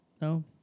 No